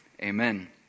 amen